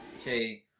Okay